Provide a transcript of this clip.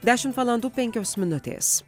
dešimt valandų penkios minutės